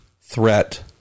threat